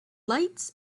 lights